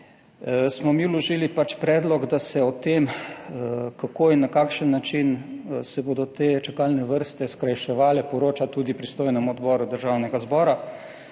smo mi vložili predlog, da se o tem kako in na kakšen način se bodo te čakalne vrste skrajševale, poroča tudi pristojnemu odboru Državnega zbora